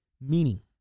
Meaning